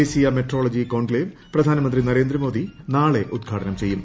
ദേശീയ മെട്രോളജി കോൺക്സേവ് പ്രധാനമന്ത്രി നരേന്ദ്രമോദി നാളെ ഉത്ഘാടനം ചെയ്യും